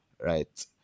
right